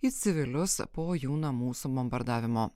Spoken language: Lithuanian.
į civilius po jų namų subombardavimo